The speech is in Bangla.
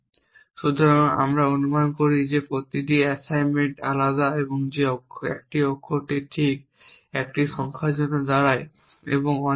সুতরাং আমরা অনুমান করি যে প্রতিটি অ্যাসাইনমেন্ট আলাদা যে 1টি অক্ষরটি ঠিক 1 সংখ্যার জন্য দাঁড়ায় এবং আরও অনেক কিছু